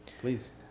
please